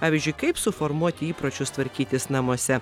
pavyzdžiui kaip suformuoti įpročius tvarkytis namuose